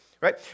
Right